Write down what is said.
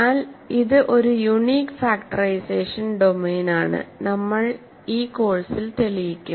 എന്നാൽ ഇത് ഒരു യുണീക് ഫാക്ടറൈസേഷൻ ഡൊമെയ്നാണ് നമ്മൾ ഈ കോഴ്സിൽ തെളിയിക്കും